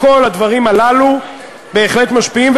כל הדברים הללו בהחלט משפיעים,